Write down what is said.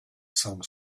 some